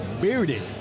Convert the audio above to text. Bearded